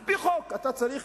על-פי חוק אתה צריך,